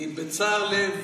אני בצער לב,